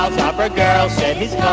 um ah but girl said his.